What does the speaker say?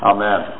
Amen